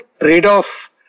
trade-off